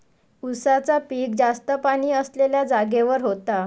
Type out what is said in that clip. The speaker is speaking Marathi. उसाचा पिक जास्त पाणी असलेल्या जागेवर होता